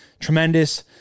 tremendous